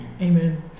Amen